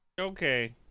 Okay